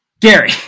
Gary